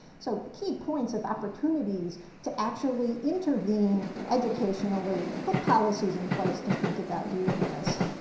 so the key points of opportunities to actually intervene educationally, put policies in place to think about doing this.